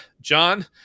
John